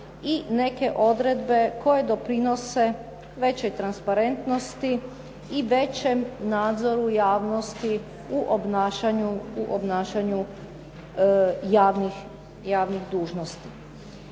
i neke odredbe koje doprinose većoj transparentnosti i većem nadzoru javnosti u obnašanju, u obnašanju javnih dužnosti.